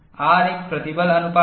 R एक प्रतिबल अनुपात है